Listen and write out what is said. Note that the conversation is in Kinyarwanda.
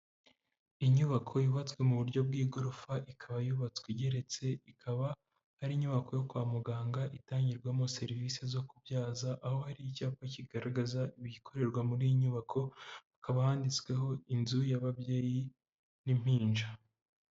Inyubako yubatswe mu buryo bw'igorofa ikaba yubatswe igeretse ikaba ari inyubako yo kwa muganga itangirwamo serivisi zo kubyaza aho hari icyapa kigaragaza ibikorerwa muri iyi nyubako hakaba handitsweho inzu y'ababyeyi n'impinja.